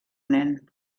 nen